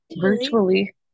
Virtually